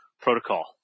protocol